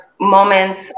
moments